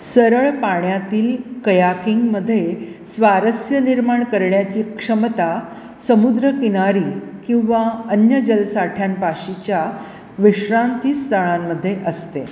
सरळ पाण्यातील कयाकिंगमध्ये स्वारस्य निर्माण करण्याची क्षमता समुद्रकिनारी किंवा अन्य जलसाठ्यांपाशीच्या विश्रांतीस्थळांमध्ये असते